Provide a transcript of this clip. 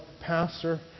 pastor